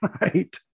right